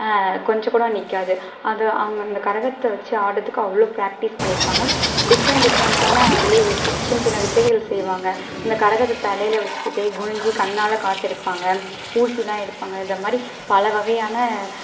கொஞ்சம் கூட நிற்காது அது அவங்க அந்த கரகத்தை வச்சு ஆடறத்துக்கு அவ்வளோ ப்ராக்டிஸ் பண்ணியிருப்பாங்க டிஃப்ரெண்ட் டிஃப்ரெண்டான அதிலேயே சின்ன சின்ன வித்தைகள் செய்வாங்க இந்த கரகத்தை தலையில் வச்சுக்கிட்டே குனிஞ்சு கண்ணால் காசு எடுப்பாங்க ஊசியெலாம் எடுப்பாங்க இந்த மாதிரி பலவகையான